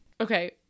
Okay